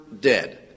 dead